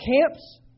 camps